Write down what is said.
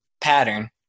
pattern